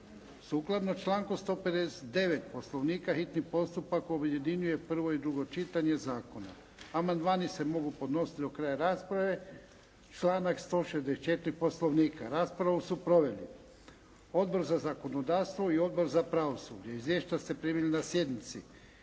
Sukladno članku 159. Poslovnika, hitni postupak objedinjuje prvo i drugo čitanje zakona. Amandmani se mogu podnositi do kraja rasprave. Članak 164. Poslovnika. Raspravu su proveli Odbor za zakonodavstvo i Odbor za pravosuđe. Izvješća ste primili na sjednici.